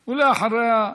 ואחריה,